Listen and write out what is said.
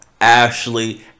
Ashley